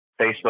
Facebook